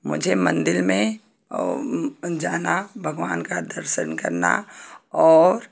मुझे मंदिर में जाना भगवान का दर्शन करना और